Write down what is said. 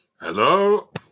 Hello